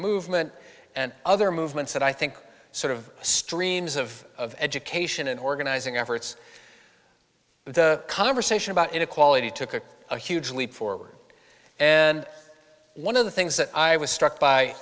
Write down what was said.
movement and other movements that i think sort of streams of education and organizing efforts the conversation about inequality took a huge leap forward and one of the things that i was struck by